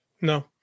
No